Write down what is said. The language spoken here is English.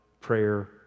prayer